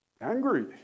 angry